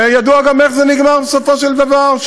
ידוע גם איך זה נגמר בסופו של דבר,